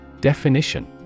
Definition